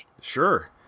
Sure